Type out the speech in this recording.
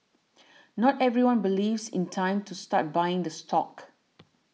not everyone believes in time to start buying the stock